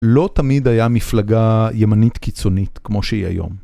לא תמיד היה מפלגה ימנית קיצונית כמו שהיא היום.